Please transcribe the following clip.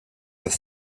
have